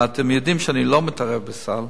ואתם יודעים שאני לא מתערב בסל.